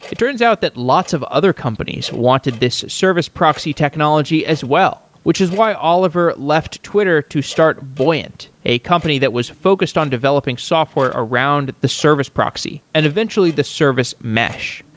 it turns out that lots of other companies wanted this service proxy technology as well, which is why oliver left twitter to start buoyant, a company that was focused on developing software around the service proxy and eventually the service mesh.